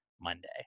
Monday